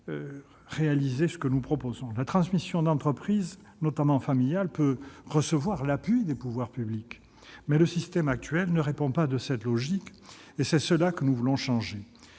mener à bien ce travail. La transmission d'entreprises, notamment familiales, peut recevoir l'appui des pouvoirs publics ; mais le système actuel ne répond pas de cette logique, et c'est cela que nous voulons changer.